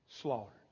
slaughtered